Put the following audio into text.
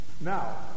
Now